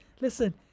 Listen